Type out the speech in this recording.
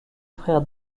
frère